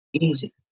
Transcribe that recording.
easy